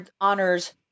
honors